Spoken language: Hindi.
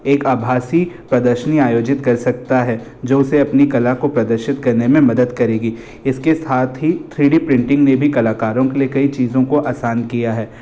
एक आभासी प्रदर्शनी आयोजित कर सकता है जो उसे अपनी कला को प्रदर्शित करने में मदद करेगी इसके साथ ही थ्री डी प्रिंटिंग ने भी कलाकारों के लिए कई चीज़ों को आसान किया है